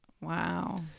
Wow